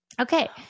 Okay